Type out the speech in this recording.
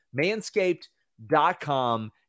Manscaped.com